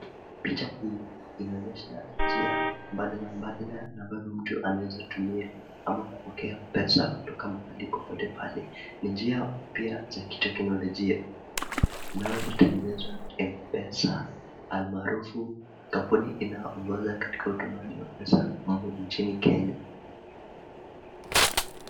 Picha hii inaonesha njia mbadala mbadala ambazo mtu anaweza tumia ama kupokea pesa kutokai mahali popote pale. Ni njia mpya ya kiteknolojia zinazo tengeneza mpesa almaarufu kampuni inayoongoza katika utumaji wa pesa nchini kenya.